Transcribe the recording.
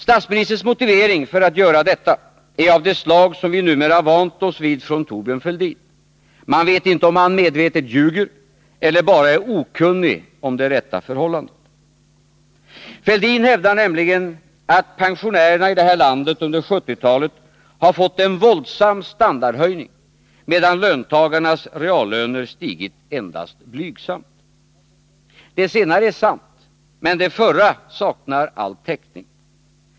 Statsministerns motivering för att göra detta är av det slag som vi numera vant oss vid från Thorbjörn Fälldin — man vet inte om han medvetet ljuger eller bara är okunnig om det rätta förhållandet. Herr Fälldin hävdar nämligen att pensionärerna i det här landet under 1970-talet fått en våldsam standardhöjning, medan löntagarnas reallöner stigit endast blygsamt. Det senare är sant, men det förra saknar all täckning.